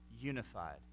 unified